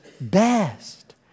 best